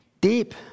deep